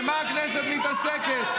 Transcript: במה הכנסת מתעסקת?